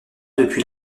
depuis